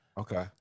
Okay